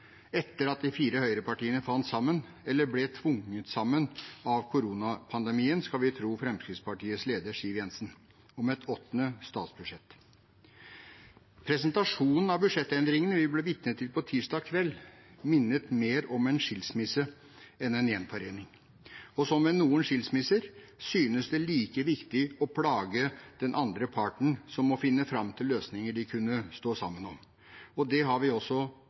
etter at de fire høyrepartiene fant sammen – eller ble tvunget sammen av koronapandemien, skal vi tro Fremskrittspartiets leder, Siv Jensen – om et åttende statsbudsjett. Presentasjonen av budsjettendringene vi ble vitne til på tirsdag kveld, minnet mer om en skilsmisse enn en gjenforening. Og som ved noen skilsmisser synes det like viktig å plage den andre parten som å finne fram til løsninger de kunne stått sammen om. Det har vi også